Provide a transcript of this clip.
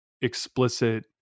explicit